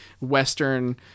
Western